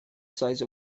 size